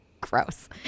Gross